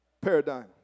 paradigm